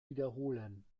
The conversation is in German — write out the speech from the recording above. wiederholen